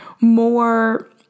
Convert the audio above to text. more